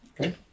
Okay